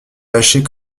lâcher